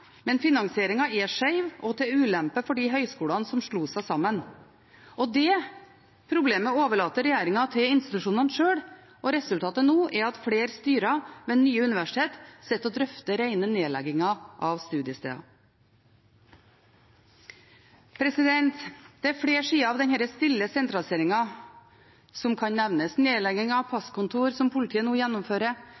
men finansieringen er skjev og til ulempe for de høyskolene som slo seg sammen. Det problemet overlater regjeringen til institusjonene sjøl, og resultatet er nå at flere styrer ved nye universiteter sitter og drøfter rene nedlegginger av studiesteder. Flere sider ved denne stille sentraliseringen kan nevnes: nedleggingen av